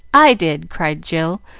i did! cried jill,